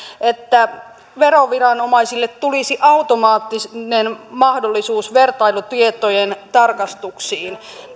että veroviranomaisille tulisi automaattinen mahdollisuus vertailutietojen tarkastuksiin